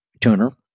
tuner